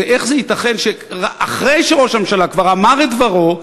איך ייתכן שאחרי שראש הממשלה כבר אמר את דברו,